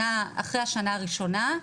אחרי השנה הראשונה,